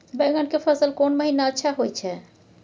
बैंगन के फसल कोन महिना अच्छा होय छै?